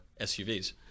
SUVs